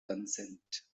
consent